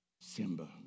Simba